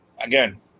again